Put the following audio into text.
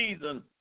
season